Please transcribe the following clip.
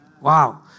Wow